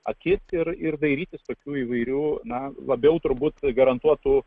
akis ir ir dairytis tokių įvairių na labiau turbūt garantuotų